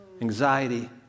anxiety